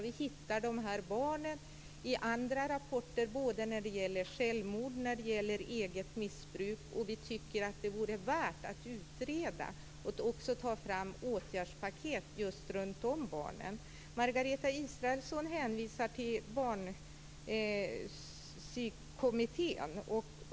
Vi hittar de här barnen i andra rapporter om självmord och eget missbruk. Vi tycker att det vore värt att utreda och ta fram åtgärdspaket just för dessa barn. Margareta Israelsson hänvisar till Barnpsykiatrikommittén.